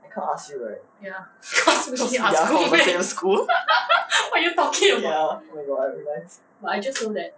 I can't ask you right ya cause we from the same ya oh my god I realise